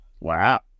Wow